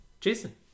jason